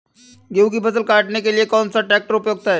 गेहूँ की फसल काटने के लिए कौन सा ट्रैक्टर उपयुक्त है?